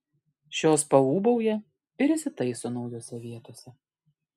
šios paūbauja ir įsitaiso naujose vietose